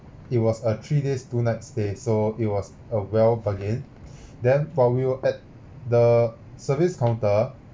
it was a three days two nights stay so it was a well bargain then while we were at the service counter